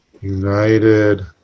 united